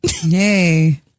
Yay